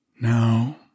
Now